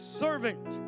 servant